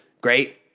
Great